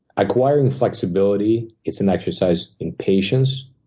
acquiring flexibility, it's an exercise in patience.